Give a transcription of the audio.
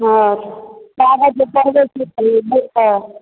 हँ कागज जे पढ़बैत छलियै से नहि छै